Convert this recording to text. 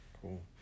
Cool